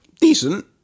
decent